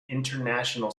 international